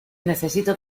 necesito